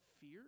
fear